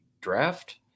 draft